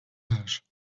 ash